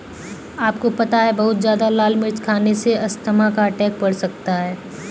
आपको पता है बहुत ज्यादा लाल मिर्च खाने से अस्थमा का अटैक पड़ सकता है?